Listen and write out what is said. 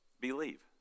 Believe